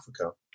Africa